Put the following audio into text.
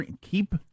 keep